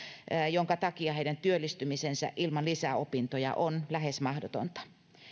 minkä takia heidän työllistymisensä ilman lisäopintoja on lähes mahdotonta